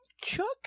Chuck